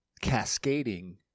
cascading